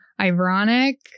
ironic